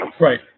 Right